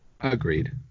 Agreed